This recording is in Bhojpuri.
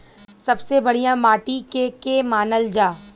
सबसे बढ़िया माटी के के मानल जा?